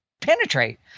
penetrate